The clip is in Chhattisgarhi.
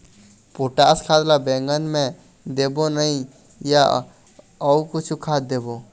पोटास खाद ला बैंगन मे देबो नई या अऊ कुछू खाद देबो?